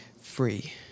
free